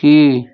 की